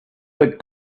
that